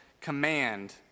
command